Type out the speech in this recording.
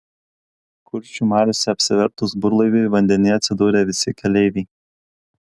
kuršių mariose apsivertus burlaiviui vandenyje atsidūrė visi keleiviai